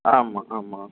ஆமாம் ஆமாம்